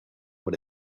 what